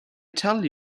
tell